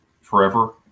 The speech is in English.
forever